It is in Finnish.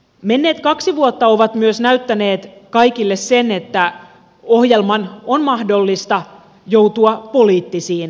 menneet kaksi vuotta ovat myös näyttäneet kaikille sen että ohjelman on mahdollista joutua poliittisiin vaikeuksiin